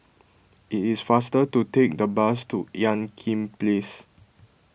it is faster to take the bus to Ean Kiam Place